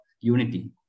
unity